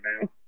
now